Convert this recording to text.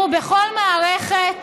בכל מערכת